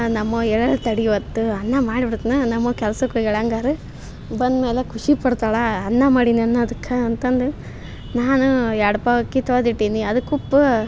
ನಮ್ಮವ್ವ ಎರಡು ತಡಿ ಇವತ್ತು ಅನ್ನ ಮಾಡಿ ಬಿಡ್ತ್ನ ನಮ್ಮವ್ವ ಕೆಲ್ಸಕ್ಕೆ ಹೋಗ್ಯಾಳ ಹಾಗಾದರೆ ಬಂದ್ಮ್ಯಾಲೆ ಖುಷಿ ಪಡ್ತಾಳ ಅನ್ನ ಮಾಡೀನಿ ಅನ್ನೊದಕ್ಕ ಅಂತಂದು ನಾನು ಎರಡು ಪಾವು ಅಕ್ಕಿ ತೊಳೆದು ಇಟ್ಟೀನಿ ಅದಕ್ಕೆ ಉಪ್